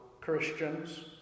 Christians